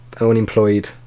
unemployed